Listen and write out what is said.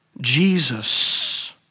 Jesus